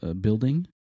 building